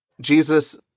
Jesus